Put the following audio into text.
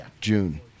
June